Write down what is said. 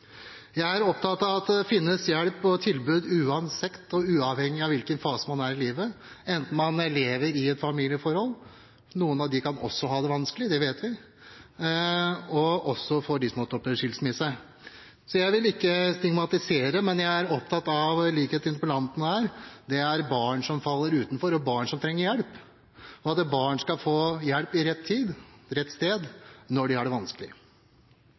Jeg er opptatt av at det finnes hjelp og tilbud, uansett og uavhengig av hvilken fase man er i i livet, enten man lever i et familieforhold – noen av dem kan også ha det vanskelig, det vet vi – eller man har opplevd skilsmisse. Jeg vil ikke stigmatisere, men i likhet med interpellanten er jeg opptatt av barn som faller utenfor, barn som trenger hjelp, og at barn skal få hjelp til rett tid, på rett sted når de har det vanskelig.